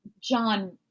John